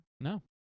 No